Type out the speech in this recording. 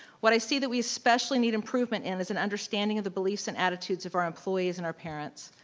what i see that we especially need improvement in is an understanding of the beliefs and attitudes of our employees and our parents.